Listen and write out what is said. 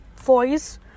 voice